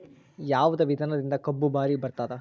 ಯಾವದ ವಿಧಾನದಿಂದ ಕಬ್ಬು ಭಾರಿ ಬರತ್ತಾದ?